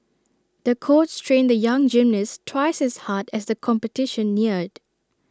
the coach trained the young gymnast twice as hard as the competition neared